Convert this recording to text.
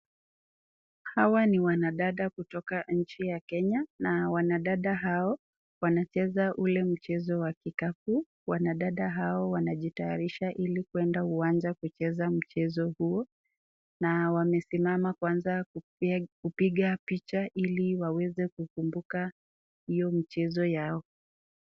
Hawa ni wanadada kutoka nchi ya Kenya, na wanadada hao, wanacheza ule mchezo wa kikapu, wanadada hao wanajitayarisha ili kuenda uwanja kucheza mchezo huo, na wamesimama kwanza kupea, kupiga picha ili waweze kukumbuka, hio michezo yao.